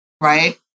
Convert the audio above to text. right